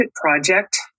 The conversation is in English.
Project